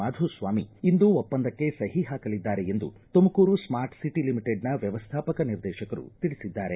ಮಾಧುಸ್ವಾಮಿ ಇಂದು ಒಪ್ಪಂದಕ್ಕೆ ಸಹಿ ಹಾಕಲಿದ್ದಾರೆ ಎಂದು ತುಮಕೂರು ಸ್ಟಾರ್ಟ್ ಸಿಟಿ ಲಿಮಿಟೆಡ್ನ ವ್ಯವಸ್ಥಾಪಕ ನಿರ್ದೇಶಕರು ತಿಳಿಸಿದ್ದಾರೆ